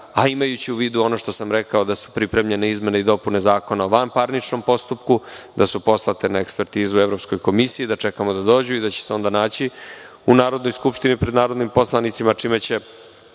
Imajući u vidu ono što sam rekao da su pripremljene izmene i dopune Zakona o vanparničnom postupku, da su poslate na ekspertizu Evropskoj komisiji, da čekamo da dođu i da će se onda naći u Narodnoj skupštini, pred narodnim poslanicima čime će